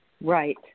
Right